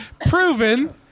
Proven